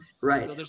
Right